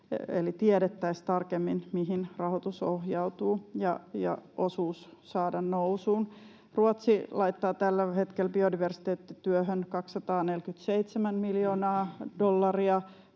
eli tiedettäisiin tarkemmin, mihin rahoitus ohjautuu — ja osuus saada nousuun. Ruotsi laittaa tällä hetkellä biodiversiteettityöhön 247 miljoonaa dollaria,